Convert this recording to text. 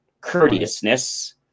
courteousness